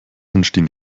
entstehen